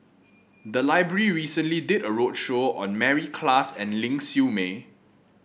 the library recently did a roadshow on Mary Klass and Ling Siew May